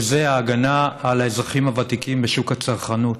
וזו ההגנה על האזרחים הוותיקים בשוק הצרכנות.